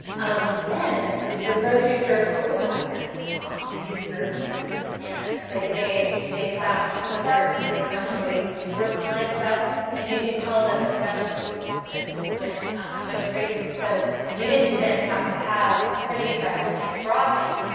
um and then the grocery store photocopier came along and these groups went bananas. they they found clip-art, they found and ways to personalize stuff and you can tell that the production just just went crazy. so you didn't then have to have a printing press to make a broadsheet,